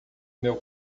meu